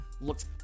looked